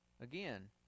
Again